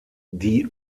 die